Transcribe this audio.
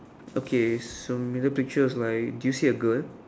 okay so middle picture is like do you see a girl